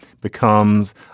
becomes